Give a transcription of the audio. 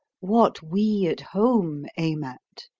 what we at home aim at,